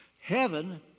Heaven